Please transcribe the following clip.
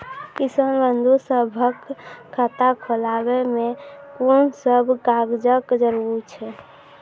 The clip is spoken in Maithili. किसान बंधु सभहक खाता खोलाबै मे कून सभ कागजक जरूरत छै?